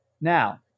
Now